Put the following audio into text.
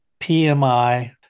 PMI